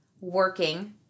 working